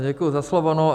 Děkuji za slovo.